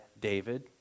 David